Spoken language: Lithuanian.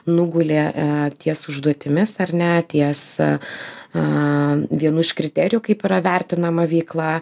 nugulė a ties užduotimis ar ne ties a vienu iš kriterijų kaip yra vertinama veikla